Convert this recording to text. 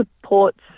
supports